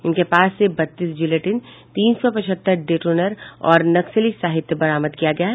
उनके पास से बत्तीस जिलेटिन तीन सौ पचहत्तर डेटोनेटर और नक्सली साहित्य बरामद किया गया है